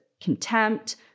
contempt